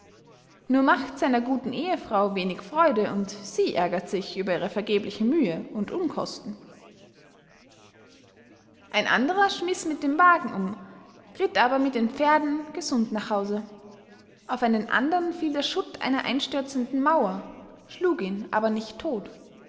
nur machts seiner guten ehefrau wenig freude und sie ärgert sich über ihre vergebliche mühe und unkosten ein anderer schmiß mit dem wagen um ritt aber mit den pferden gesund nach hause auf einen andern fiel der schutt einer einstürzenden mauer schlug ihn aber nicht todt